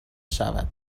شود